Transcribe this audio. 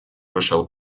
вышел